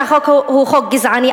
שהחוק הוא חוק גזעני,